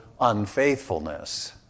unfaithfulness